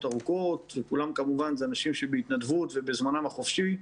ארוכות וכולם כמובן זה אנשים שבהתנדבות ובזמנם החופשי,